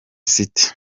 city